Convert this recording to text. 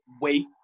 wait